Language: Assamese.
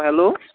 হেল্ল'